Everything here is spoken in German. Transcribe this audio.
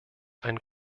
ein